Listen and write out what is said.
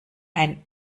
ein